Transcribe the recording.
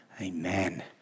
Amen